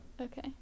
okay